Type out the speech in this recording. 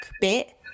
bit